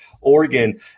Oregon